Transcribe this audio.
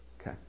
Okay